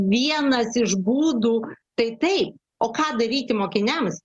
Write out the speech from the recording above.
vienas iš būdų tai taip o ką daryti mokiniams